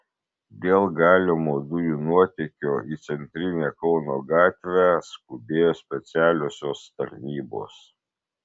dėl galimo dujų nuotėkio į centrinę kauno gatvę skubėjo specialiosios tarnybos